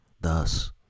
thus